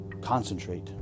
concentrate